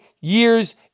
years